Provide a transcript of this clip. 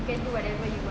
can do whatever you want